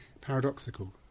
paradoxical